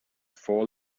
four